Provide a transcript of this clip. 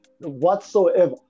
whatsoever